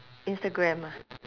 instagram ah